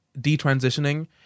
detransitioning